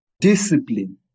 discipline